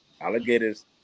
Alligators